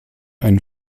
ein